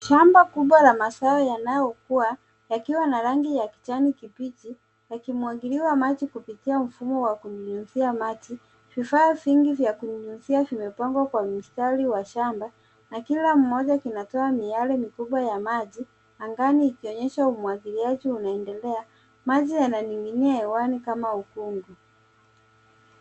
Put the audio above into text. Shamba kubwa la mazao yanayokuwa, yakiwa na rangi ya kijani kibichi yakimwagiliwa maji kupitia mfumo wa kunyunyuzia maji. Vifaa vingi vya kunyunyuzia vimepangwa kwa mstari wa shamba na kila mmoja kinatoa miyale mikubwa ya maji angani, ikionyesha umwagiliaji unaendelea. Maji yananing'inia hewani kama ukungu.